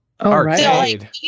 Arcade